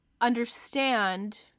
understand